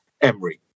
Emery